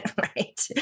right